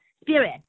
spirit